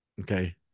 Okay